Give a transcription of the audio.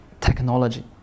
technology